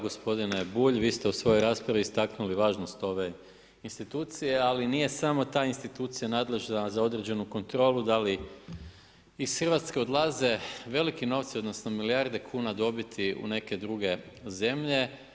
Gospodine Bulj, vi ste u svojoj raspravi istaknuli važnost ove institucije ali nije samo ta institucija nadležna za određenu kontrolu da li iz Hrvatske odlaze veliki novci, odnosno milijarde kuna dobiti u neke druge zemlje.